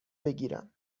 بگیرم